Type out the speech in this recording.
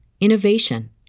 innovation